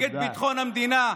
נגד ביטחון המדינה.